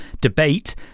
debate